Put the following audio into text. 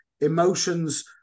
emotions